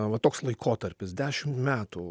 va toks laikotarpis dešimt metų